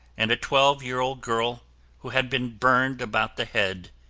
and a twelve-year old girl who had been burned about the head,